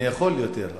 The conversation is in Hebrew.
אני יכול יותר,